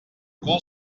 cul